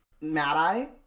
Mad-Eye